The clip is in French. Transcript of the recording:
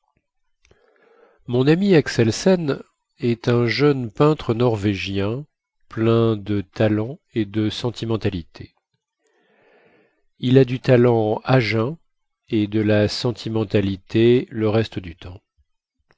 mon ami axelsen est un jeune peintre norvégien plein de talent et de sentimentalité il a du talent à jeun et de la sentimentalité le reste du temps